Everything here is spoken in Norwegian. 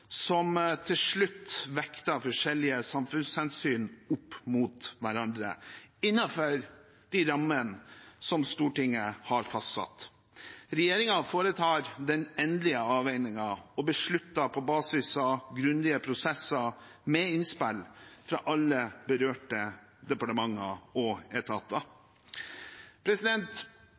som til slutt vekter forskjellige samfunnshensyn opp mot hverandre innenfor de rammene som Stortinget har fastsatt. Regjeringen foretar den endelige avveiningen og beslutter på basis av grundige prosesser med innspill fra alle berørte departementer og etater.